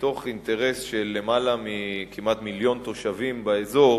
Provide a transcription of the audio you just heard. מתוך אינטרס של למעלה מכמעט מיליון תושבים באזור